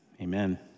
amen